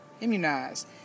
immunized